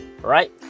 right